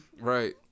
right